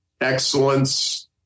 Excellence